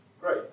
great